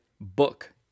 book